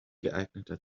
geeigneter